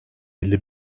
elli